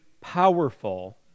powerful